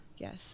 Yes